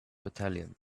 battalion